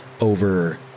over